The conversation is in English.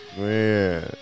man